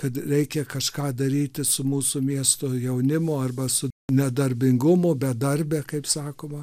kad reikia kažką daryti su mūsų miesto jaunimo arba su nedarbingumu bedarbe kaip sakoma